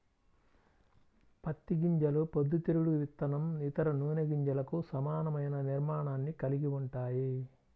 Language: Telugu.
పత్తి గింజలు పొద్దుతిరుగుడు విత్తనం, ఇతర నూనె గింజలకు సమానమైన నిర్మాణాన్ని కలిగి ఉంటాయి